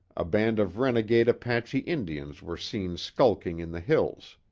a band of renegade apache indians were seen skulking in the hills.